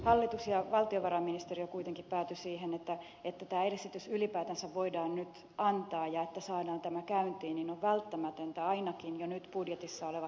hallitus ja valtiovarainministeriö kuitenkin päätyivät siihen että jotta tämä esitys ylipäätänsä voidaan nyt antaa ja saadaan tämä käyntiin niin ovat välttämättömiä ainakin jo nyt budjetissa olevat lisärahat